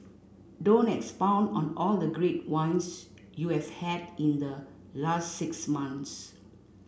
don't expound on all the great wines you have had in the last six months